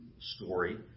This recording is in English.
story